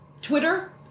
Twitter